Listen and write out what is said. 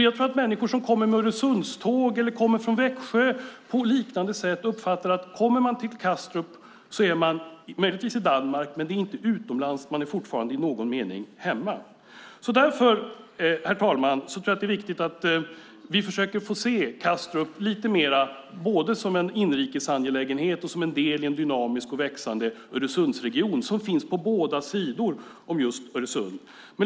Jag tror att människor som kommer med Öresundståg från Växjö på liknande sätt uppfattar att man på Kastrup möjligtvis är i Danmark, men det är inte utomlands utan man är ändå i någon mening hemma. Därför är det viktigt att vi försöker se Kastrup lite mer som en inrikesangelägenhet och som en del i en dynamisk och växande Öresundsregion som finns på båda sidor om just Öresund.